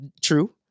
true